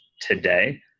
today